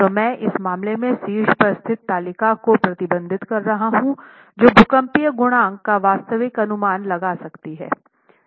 तो मैं इस मामले में शीर्ष पर स्थित तालिका को प्रतिबिंबित कर रहा हूं जो भूकंपीय गुणांक का वास्तविक अनुमान लगा सकती है